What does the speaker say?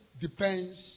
depends